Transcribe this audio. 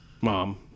mom